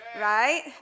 Right